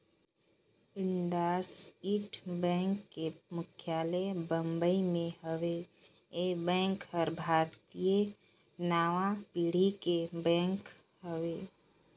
IndusInd bank के मुख्यालय बंबई मे हेवे, ये बेंक हर भारतीय नांवा पीढ़ी के बेंक हवे